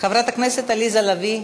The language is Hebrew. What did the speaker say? חברת הכנסת עליזה לביא,